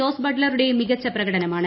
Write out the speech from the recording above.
ജോസ് ബട്ലറുടേയും മികച്ച പ്രകടനമാണ്